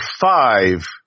five